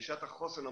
גישת החוסן,